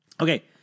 Okay